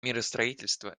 миростроительство